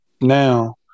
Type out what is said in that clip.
now